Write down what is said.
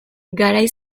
garai